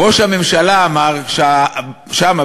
ראש הממשלה אמר שם,